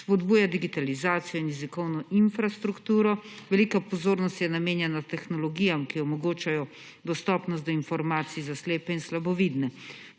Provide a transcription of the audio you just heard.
Spodbuja digitalizacijo in jezikovno infrastrukturo, velika pozornost je namenjena tehnologijam, ki omogočajo dostopnost do informacij za slepe in slabovidne.